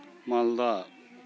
ᱢᱟᱞᱫᱟ